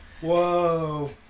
Whoa